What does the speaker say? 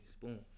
Boom